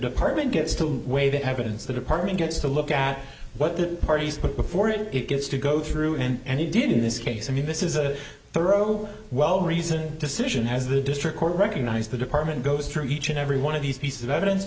department gets to weigh the evidence the department gets to look at what the parties put before it gets to go through and he didn't this case i mean this is a thorough well reasoned decision has the district court recognized the department goes through each and every one of these pieces of evidence